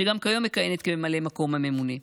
שגם כיום מכהנת כממלאת מקום הממונה.